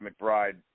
McBride